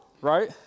right